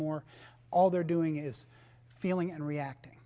anymore all they're doing is feeling and reacting